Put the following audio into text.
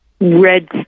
red